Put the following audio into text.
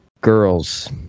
girls